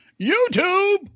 YouTube